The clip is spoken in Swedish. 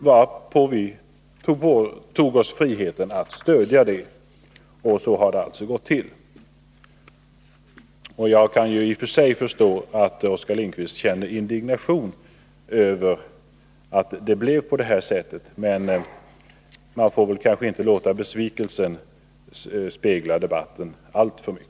Vi tog oss då friheten att stödja det. Så har det gått till. Jag kan förstå att Oskar Lindkvist känner indignation över att det blev på det här sättet, men man får väl inte låta besvikelsen speglas alltför mycket i debatten.